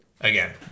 Again